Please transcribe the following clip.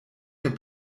der